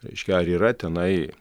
reiškia ar yra tenai